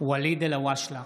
ואליד אלהואשלה,